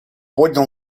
поднял